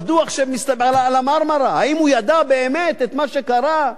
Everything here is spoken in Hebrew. בדוח על ה"מרמרה", האם הוא ידע באמת את מה שקרה?